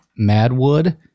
Madwood